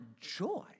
joy